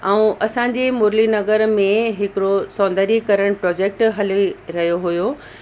ऐं असांजे मुरली नगर में हिकिड़ो सौंदर्यीकरण प्रोजेक्ट हली रहियो हुओ